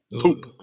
Poop